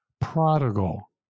Prodigal